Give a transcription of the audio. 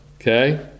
Okay